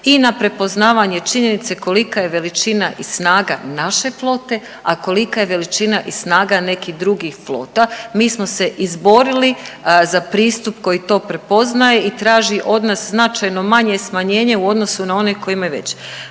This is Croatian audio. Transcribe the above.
i na prepoznavanje činjenice kolika je veličina i snaga naše flote, a kolika je veličina i snaga nekih drugih flota. Mi smo se izborili za pristup koji to prepoznaje i traži od nas značajno manje smanjenje u odnosu na one koji imaju veće